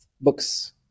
books